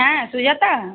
হ্যাঁ সুজাতা